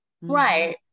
Right